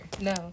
No